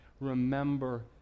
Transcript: Remember